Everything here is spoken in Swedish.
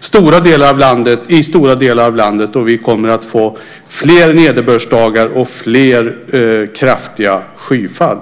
i stora delar av landet. Vi kommer att få fler nederbördsdagar och fler kraftiga skyfall.